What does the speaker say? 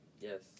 Yes